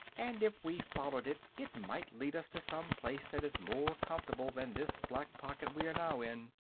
and if we followed it it might lead us to some place that is more comfortable than this black pocket we are now in.